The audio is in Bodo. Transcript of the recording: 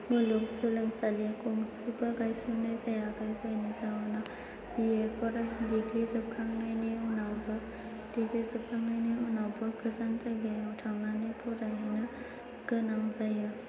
मुलुगसोलोंसालि गंसेबो गायसननाय जायाखै जायनि जाहोनाव बि ए एबा डिग्रि जोबखांनायनि उनावबो गोजान जायगायाव थांनानै फरायहैनो गोनां जायो